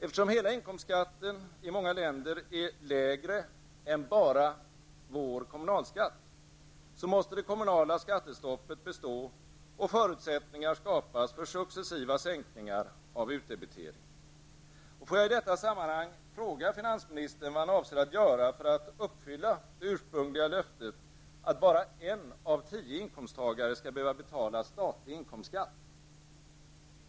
Eftersom hela inkomstskatten i många länder är lägre än bara vår kommunalskatt, måste det kommunala skattestoppet bestå och förutsättningar skapas för successiva sänkningar av utdebiteringen. Jag vill i detta sammanhang fråga finansministern vad han avser att göra för att uppfylla det ursprungliga löftet att bara en av tio inkomsttagare skall behöva betala statlig inkomstskatt.